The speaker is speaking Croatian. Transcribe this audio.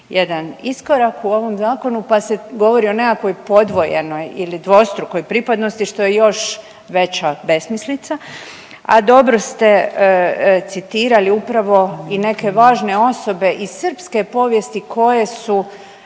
jedan iskorak u ovom zakonu, pa se govori o nekoj podvojenoj ili dvostrukoj pripadnosti, što je još veća besmislica, a dobro ste citirali upravo i neke važne osobe iz srpske povijesti koje su